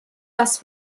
das